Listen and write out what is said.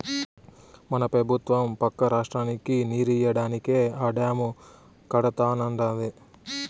మన పెబుత్వం పక్క రాష్ట్రానికి నీరియ్యడానికే ఆ డాము కడతానంటాంది